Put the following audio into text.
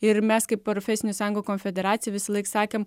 ir mes kaip profesinių sąjungų konfederacija visąlaik sakėm